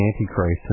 Antichrist